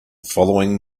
following